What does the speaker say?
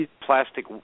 plastic